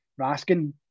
Raskin